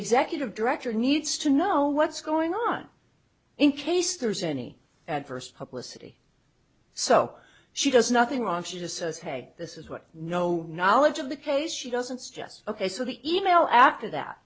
executive director needs to know what's going on in case there's any adverse publicity so she does nothing wrong she just says hey this is what no knowledge of the case she doesn't suggest ok so the e mail after that